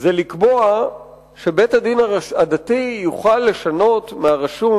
זה לקבוע שבית-הדין הדתי יוכל לשנות מהרשום